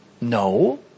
No